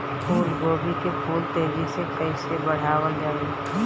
फूल गोभी के फूल तेजी से कइसे बढ़ावल जाई?